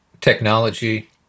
technology